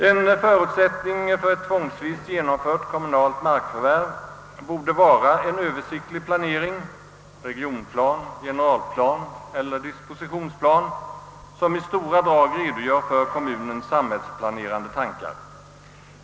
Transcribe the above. En förutsättning för ett tvångsvis genomfört kommunalt markförvärv borde vara en Översiktlig planering, d.v.s. en regionplan, generalplan eller dispositionsplan, som i stora drag redogör för kommunens samhällsplanering.